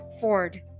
Ford